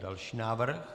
Další návrh.